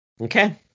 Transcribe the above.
Okay